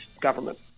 government